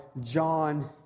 John